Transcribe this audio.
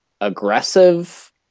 aggressive